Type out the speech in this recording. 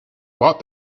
bought